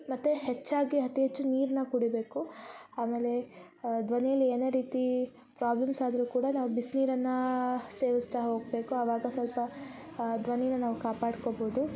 ಮತ್ತು ಹೆಚ್ಚಾಗಿ ಅತಿ ಹೆಚ್ಚು ನೀರನ್ನ ಕುಡಿಯಬೇಕು ಆಮೇಲೆ ಧ್ವನೀಲಿ ಏನೇ ರೀತಿ ಪ್ರಾಬ್ಲಮ್ಸ್ ಆದರೂ ಕೂಡ ನಾವು ಬಿಸಿ ನೀರನ್ನಾ ಸೇವಿಸ್ತಾ ಹೋಗಬೇಕು ಅವಾಗ ಸ್ವಲ್ಪ ಧ್ವನಿಯನ್ನ ನಾವು ಕಾಪಾಡ್ಕೊಬೌದು